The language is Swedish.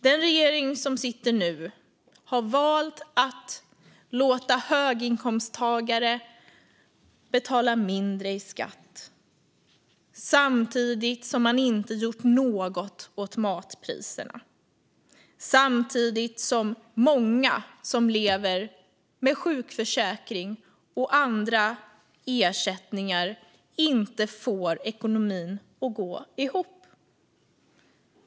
Den regering som sitter nu har valt att låta höginkomsttagare betala mindre i skatt samtidigt som man inte har gjort något åt matpriserna. Samtidigt är det många som lever med sjukförsäkring och andra ersättningar som inte får ekonomin att gå ihop.